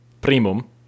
primum